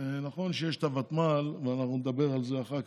נכון שיש את הוותמ"ל, ואנחנו נדבר על זה אחר כך,